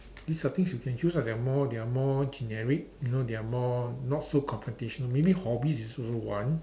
these are things you can choose ah there are more there are more generic you know they are more not so competition maybe hobbies is also one